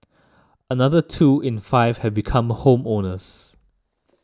another two in five have become home owners